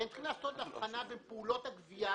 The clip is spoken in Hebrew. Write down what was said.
אתם צריכים לעשות אבחנה בין פעולות הגבייה